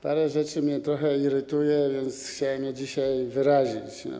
Parę rzeczy mnie trochę irytuje, więc chciałem je dzisiaj wyrazić.